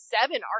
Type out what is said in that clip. seven